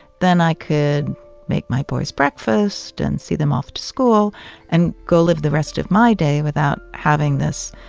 then i could make my boys breakfast and see them off to school and go live the rest of my day without having this